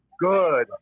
Good